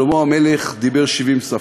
שלמה המלך דיבר 70 שפות.